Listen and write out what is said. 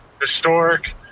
historic